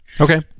Okay